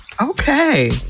Okay